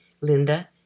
Linda